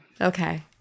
Okay